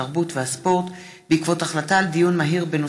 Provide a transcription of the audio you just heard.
התרבות הספורט בעקבות דיון מהיר בהצעתו של חבר הכנסת יוסי יונה